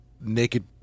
Naked